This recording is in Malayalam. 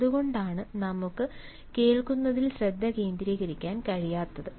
അതുകൊണ്ടാണ് നമുക്ക് കേൾക്കുന്നതിൽ ശ്രദ്ധ കേന്ദ്രീകരിക്കാൻ കഴിയാത്തത്